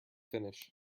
finish